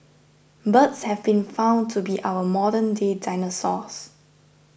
birds have been found to be our modernday dinosaurs